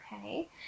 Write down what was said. okay